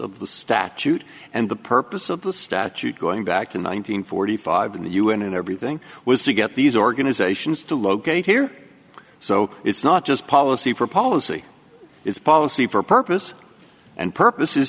of the statute and the purpose of the statute going back to nine hundred forty five in the un and everything was to get these organizations to locate here so it's not just policy for policy it's policy for purpose and perp